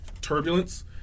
turbulence